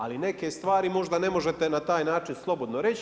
Ali neke stvari možda ne možete na taj način slobodno reći.